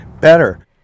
Better